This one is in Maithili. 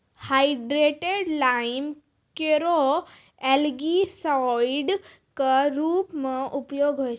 हाइड्रेटेड लाइम केरो एलगीसाइड क रूप म उपयोग होय छै